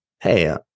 hey